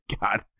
god